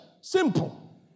Simple